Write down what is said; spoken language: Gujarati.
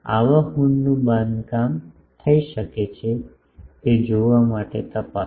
આવા હોર્નનું બાંધકામ થઈ શકે છે તે જોવા માટે તપાસો